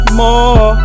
more